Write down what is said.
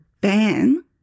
ban